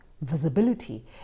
visibility